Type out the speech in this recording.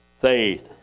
faith